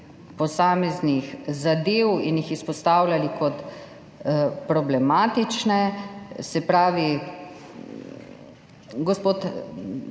posameznih zadev in jih izpostavljali kot problematične. Gospod